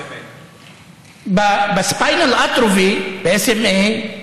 ב-Spinal Atrophy, ב-SMA,